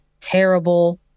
terrible